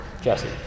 Jesse